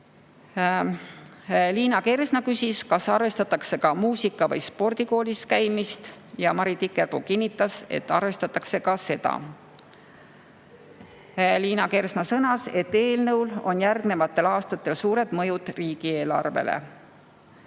Liina Kersna küsis, kas arvestatakse ka muusika- või spordikoolis käimist, ja Mari Tikerpuu kinnitas, et arvestatakse ka seda. Liina Kersna sõnas, et eelnõul on järgnevatel aastatel suured mõjud riigieelarvele,